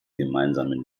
gemeinsamen